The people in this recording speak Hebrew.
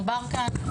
דובר כאן,